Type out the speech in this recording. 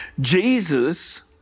Jesus